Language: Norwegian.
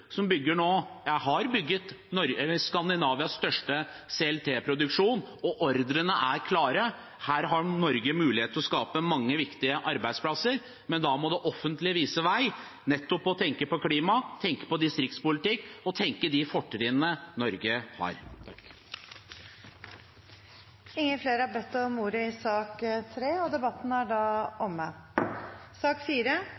som har bygget opp Skandinavias største CLT-produksjon, og ordrene er klare. Her har Norge mulighet til å skape mange viktige arbeidsplasser, men da må det offentlige vise vei, nettopp ved å tenke på klimaet, tenke på distriktspolitikk og tenke på de fortrinnene Norge har. Flere har ikke bedt om ordet til sak nr. 3 Etter ønske fra kommunal- og